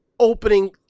Opening